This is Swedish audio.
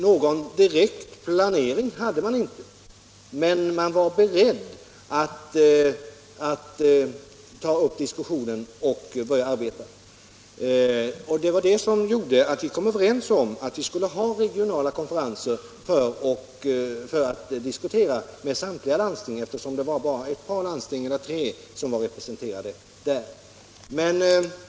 Någon direkt planering hade man inte, men man var beredd att ta upp diskussionen och börja arbeta. Det var det som gjorde att vi kom överens om att ha regionala konferenser för att diskutera med samtliga landsting, eftersom det bara var tre landsting representerade vid sammanträdet.